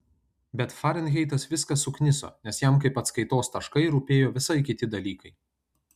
bet farenheitas viską sukniso nes jam kaip atskaitos taškai rūpėjo visai kiti dalykai